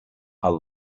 are